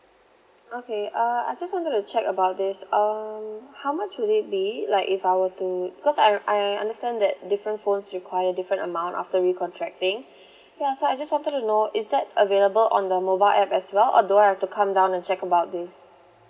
okay uh I just wanted to check about this um how much would it be like if I were to because I I understand that different phones require different amount after recontracting ya so I just wanted to know is that available on the mobile app as well or do I have to come down and check about this